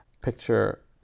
picture